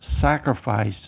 sacrifice